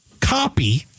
copy